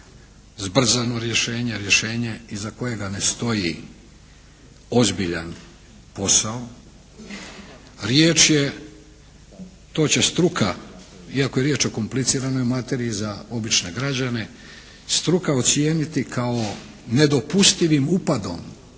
zbrzano rješenje, rješenje iza kojega ne stoji ozbiljan posao. Riječ je to će struka iako je riječ o kompliciranoj materiji za obične građane struka ocijeniti kao nedopustivim upadom